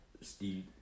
Steve